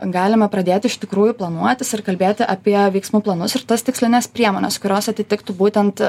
galime pradėti iš tikrųjų planuotis ir kalbėti apie veiksmų planus ir tas tikslines priemones kurios atitiktų būtent